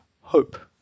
hope